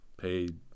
paid